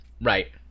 right